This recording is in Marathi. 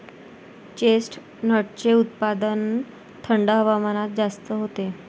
चेस्टनटचे उत्पादन थंड हवामानात जास्त होते